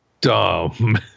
dumb